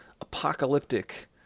apocalyptic